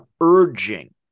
urging